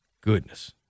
Goodness